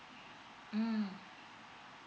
mm